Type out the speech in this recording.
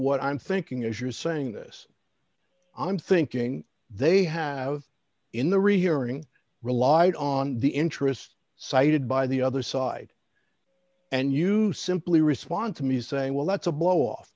what i'm thinking as you're saying this i'm thinking they have in the rehearing relied on the interest cited by the other side and use simply respond to me saying well that's a blow off